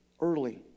Early